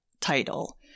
title